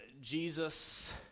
Jesus